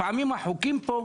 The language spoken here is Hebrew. לפעמים החוקים פה,